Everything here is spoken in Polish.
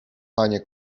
panie